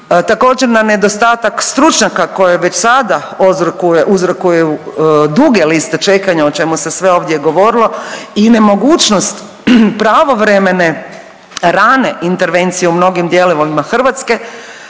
također na nedostatak stručnjak koje već sada uzrokuje duge liste čekanja o čemu se sve ovdje govorilo i nemogućnost pravovremene rane intervencije u mnogim dijelovima Hrvatske,